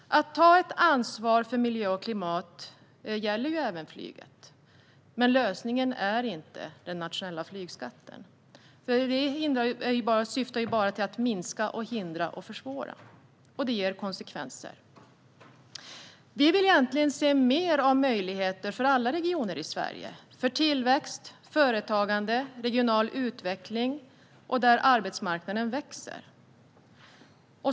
Att ta ett ansvar för miljö och klimat gäller även flyget, men lösningen är inte en nationell flygskatt. Den syftar ju bara till att minska, hindra och försvåra, och det ger konsekvenser. Vi vill se mer av möjligheter för alla regioner i Sverige, för tillväxt, företagande och regional utveckling liksom att arbetsmarknaden växer.